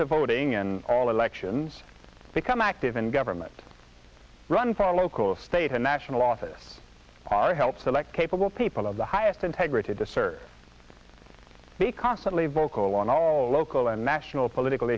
to voting in all elections become active in government run for local state and national office help select capable people of the highest integrity to serve be constantly vocal on all local and national political